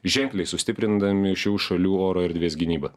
ženkliai sustiprindami šių šalių oro erdvės gynybą